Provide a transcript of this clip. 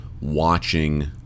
watching